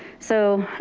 so